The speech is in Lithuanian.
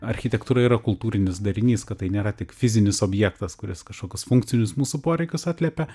architektūra yra kultūrinis darinys kad tai nėra tik fizinis objektas kuris kažkokius funkcinius mūsų poreikius atliepia